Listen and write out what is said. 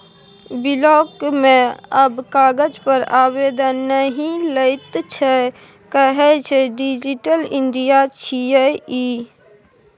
block मे आब कागज पर आवेदन नहि लैत छै कहय छै डिजिटल इंडिया छियै ई